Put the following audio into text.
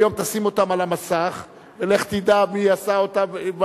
היום תשים אותם על המסך ולך תדע מי עשה מה.